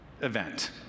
event